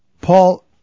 Paul